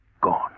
Gone